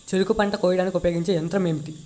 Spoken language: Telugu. చెరుకు పంట కోయడానికి ఉపయోగించే యంత్రం ఎంటి?